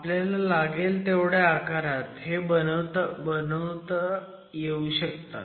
आपल्याला लागेल तेवढ्या आकारात हे बनवता येऊ शकतात